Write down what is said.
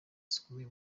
zikomeye